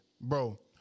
Bro